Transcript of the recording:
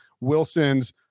Wilson's